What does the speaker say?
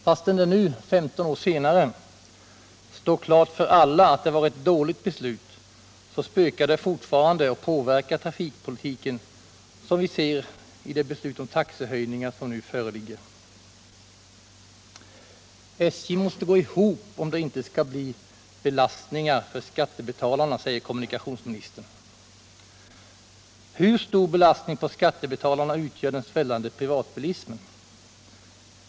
Fastän det nu, 15 år senare, står klart för alla att det var ett dåligt beslut, spökar det fortfarande och påverkar trafikpolitiken, så som vi ser av det beslut om taxehöjningar som nu föreligger. SJ måste gå ihop om det inte skall bli belastningar för skattebetalarna, säger kommunikationsministern. Hur stor belastning på skattebetalarna utgör den svällande privatbilismen?